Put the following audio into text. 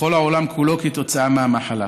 בכל העולם כולו כתוצאה מהמחלה.